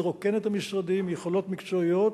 לרוקן את המשרדים מיכולות מקצועיות,